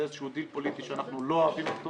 זה איזשהו דיל פוליטי שאנחנו לא אוהבים אותו